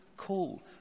Call